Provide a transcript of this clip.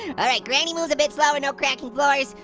alright, granny moves a bit slower, no cracking floors,